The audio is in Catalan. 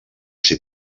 ser